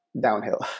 downhill